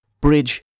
Bridge